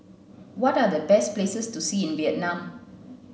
what are the best places to see in Vietnam